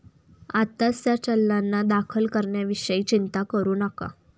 आत्ताच त्या चलनांना दाखल करण्याविषयी चिंता करू नका